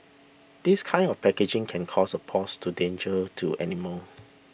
this kind of packaging can cause a pause to danger to animals